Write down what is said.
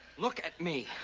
look at me.